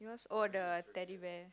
he wants all the Teddy Bear